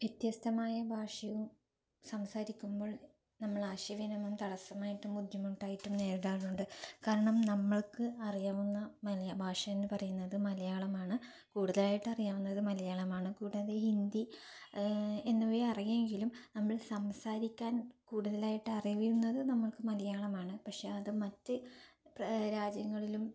വ്യത്യസ്തമായ ഭാഷകൾ സംസാരിക്കുമ്പോൾ നമ്മൾ ആശയവിനിമയം തടസ്സമായിട്ടും ബുദ്ധിമുട്ടായിട്ടും നേരിടാറുണ്ട് കാരണം നമ്മൾക്ക് അറിയാവുന്ന വലിയ ഭാഷ എന്ന് പറയുന്നത് മലയാളമാണ് കൂടുതലായിട്ട് അറിയാവുന്നത് മലയാളമാണ് കൂടാതെ ഹിന്ദി എന്നിവയും അറിയാമെങ്കിലും നമ്മൾ സംസാരിക്കാൻ കൂടുതലായിട്ട് അറിയുന്നത് നമ്മൾക്ക് മലയാളമാണ് പക്ഷേ അത് മറ്റ് രാജ്യങ്ങളിലും